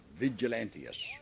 Vigilantius